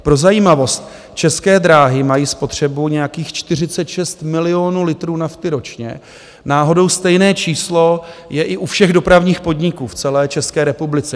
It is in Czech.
Pro zajímavost, České dráhy mají spotřebu nějakých 46 milionů litrů nafty ročně, náhodou stejné číslo je i u všech dopravních podniků v celé České republice.